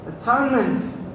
atonement